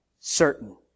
certain